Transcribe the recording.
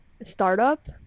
Startup